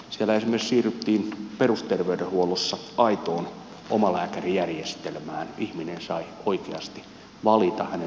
siellä esimerkiksi siirryttiin perusterveydenhuollossa aitoon omalääkärijärjestelmään ihminen sai oikeasti valita